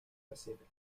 pacific